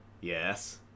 Yes